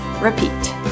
repeat